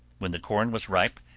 when the corn was ripe,